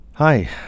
Hi